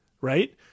right